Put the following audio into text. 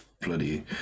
bloody